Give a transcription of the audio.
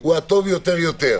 הוא הטוב יותר יותר.